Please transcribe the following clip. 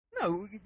No